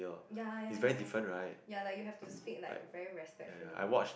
ya ya ya ya like you have to speak like very respectfully